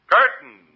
Curtain